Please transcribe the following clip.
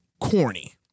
corny